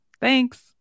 Thanks